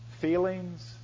feelings